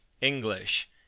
English